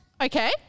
Okay